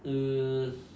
um